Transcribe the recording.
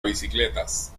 bicicletas